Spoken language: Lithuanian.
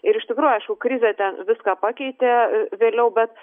ir iš tikrųjų aišku krizė ten viską pakeitė vėliau bet